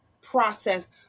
process